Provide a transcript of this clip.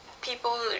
people